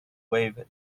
wave